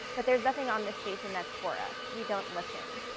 but there's nothing on this station that's for us. we don't listen.